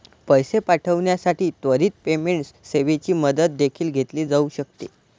पैसे पाठविण्यासाठी त्वरित पेमेंट सेवेची मदत देखील घेतली जाऊ शकते